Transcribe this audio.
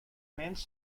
mens